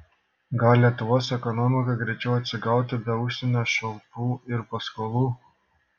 gal lietuvos ekonomika greičiau atsigautų be užsienio šalpų ir paskolų